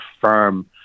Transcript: firm